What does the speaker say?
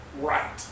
right